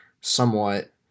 somewhat